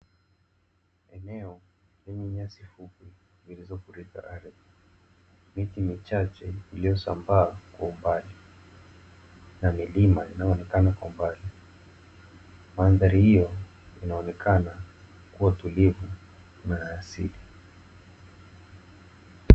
Eneo lenye nyasi fupi zilizofurika ardhi, miti michache iliyosambaa kwa umbali na milima inayoonekana kwa mbali. Mandhari hiyo inaonekana kuwa tulivu na ya asili.